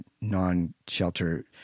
non-shelter